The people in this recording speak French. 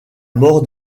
mort